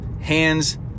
hands